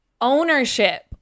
ownership